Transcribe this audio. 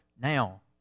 now